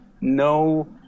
No